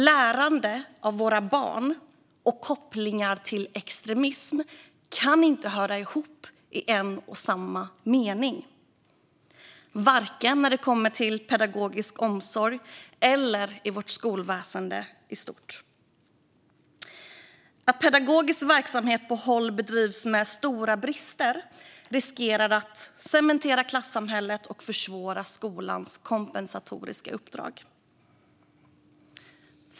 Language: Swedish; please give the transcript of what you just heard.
Våra barns lärande och kopplingar till extremism kan inte höra ihop i en och samma mening vare sig det gäller pedagogisk omsorg eller vårt skolväsen i stort. Att pedagogisk verksamhet på håll bedrivs med stora brister riskerar att cementera klassamhället och försvåra skolans kompensatoriska uppdrag.